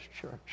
church